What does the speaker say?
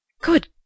Good